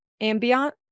ambient